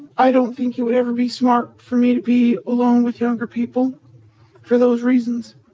i don't think it would ever be smart for me to be alone with younger people for those reasons.